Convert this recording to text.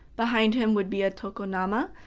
behind him would be a tokonoma,